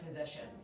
positions